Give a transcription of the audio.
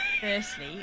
firstly